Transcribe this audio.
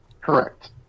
Correct